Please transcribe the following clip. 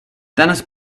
tennis